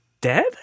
dead